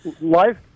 Life